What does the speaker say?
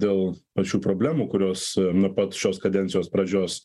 dėl pačių problemų kurios nuo pat šios kadencijos pradžios